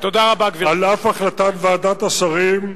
על אף החלטת ועדת השרים,